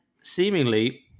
seemingly